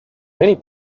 many